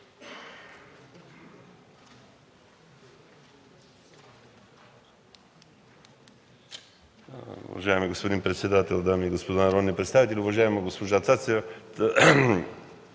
Уважаеми господин председател, дами и господа народни представители! Уважаема госпожо Цачева,